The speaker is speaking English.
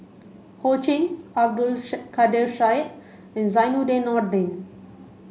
Ho Ching Abdul Kadir Syed and Zainudin Nordin